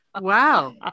Wow